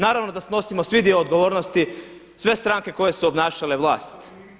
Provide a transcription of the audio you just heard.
Naravno da snosimo svi dio odgovornosti, sve stranke koje su obnašale vlast.